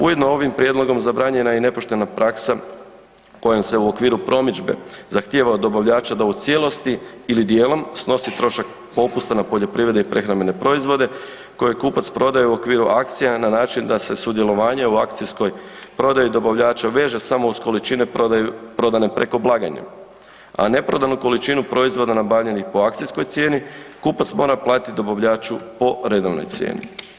Ujedno ovim prijedlogom zabranjena je i nepoštena praksa kojom se u okviru promidžbe zahtijeva od dobavljača da u cijelosti ili djelom, snosi trošak pokusa na poljoprivredi i prehrambene proizvode koje kupac prodaje u okviru akcija na način da se sudjelovanje u akcijskoj prodaji dobavljača veže samo uz količine prodane preko blagajna neprodanu količinu proizvoda nabavljenih po akcijskoj cijeni kupac mora platiti dobavljaču po redovnoj cijeni.